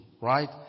right